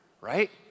right